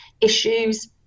issues